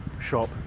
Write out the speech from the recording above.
shop